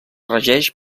regeix